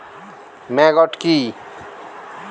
Maggot কি?